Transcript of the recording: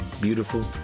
beautiful